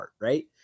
right